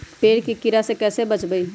पेड़ के कीड़ा से कैसे बचबई?